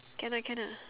can ah can ah